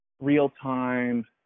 real-time